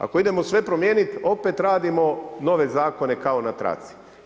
Ako idemo sve promijeniti opet radimo nove zakone kao na traci.